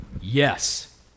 Yes